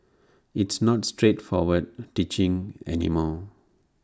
it's not straightforward teaching any more